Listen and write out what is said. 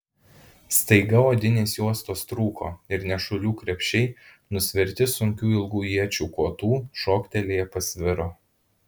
staiga odinės juostos trūko ir nešulių krepšiai nusverti sunkių ilgų iečių kotų šoktelėję pasviro